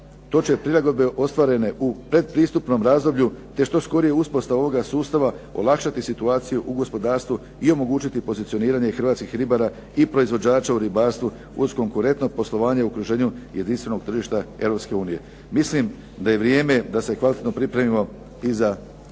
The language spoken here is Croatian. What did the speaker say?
to će prilagodbe ostvarene u pretpristupnom razdoblju te što skorija uspostava ovoga sustava olakšati situaciju u gospodarstvu i omogućiti pozicioniranje hrvatskih ribara i proizvođača u ribarstvu, uz konkurentno poslovanje u okruženju jedinstvenog tržišta Europske unije. Mislim da je vrijeme da se kvalitetno pripremimo i za